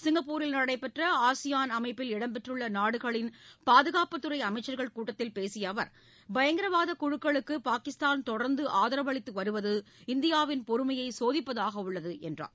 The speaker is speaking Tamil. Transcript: சிங்கப்பூரில் நடைபெற்ற ஆசியான் அமைப்பில் இடம்பெற்றுள்ள நாடுகளின் பாதுகாப்புத்துறை அமைச்சர்கள் கூட்டத்தில் பேசிய அவர் பயங்கரவாதக் குழுக்களுக்கு பாகிஸ்தான் தொடர்ந்து ஆதரவளித்து வருவது இந்தியாவின் பொறுமையை சோதிப்பதாக உள்ளது என்றார்